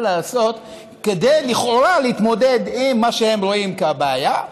לעשות כדי לכאורה להתמודד עם מה שהם רואים כבעיה.